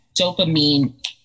dopamine